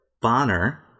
Bonner